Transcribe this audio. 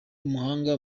umuhanga